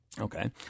Okay